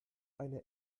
eine